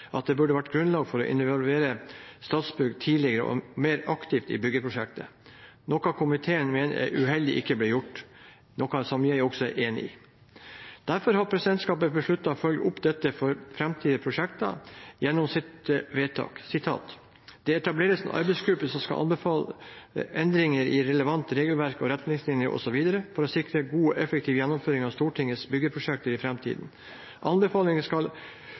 at det burde vært grunnlag for å involvere Statsbygg tidligere og mer aktivt i byggeprosjektet.» Dette er noe komiteen mener er uheldig ikke ble gjort, noe jeg også er enig i. Derfor har presidentskapet besluttet å følge opp dette for framtidige prosjekter gjennom sitt vedtak om at det etableres en arbeidsgruppe som skal anbefale endringer i relevant regelverk og retningslinjer osv., for å sikre en god og effektiv gjennomføring av Stortingets byggeprosjekter i